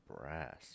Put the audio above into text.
Brass